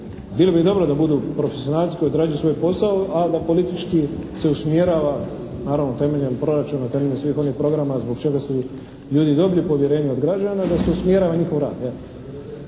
Bilo bi dobro da budu profesionalci koji odrađuju svoj posao, a da politički se usmjerava, naravno temeljem proračuna, temeljem svih onih programa zbog čega su ljudi i dobili povjerenje od građana, da se usmjerava njih rad.